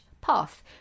path